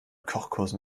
kochkursen